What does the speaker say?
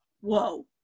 whoa